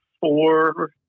four